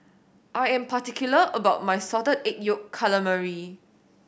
I am particular about my Salted Egg Yolk Calamari